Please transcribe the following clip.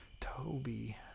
Toby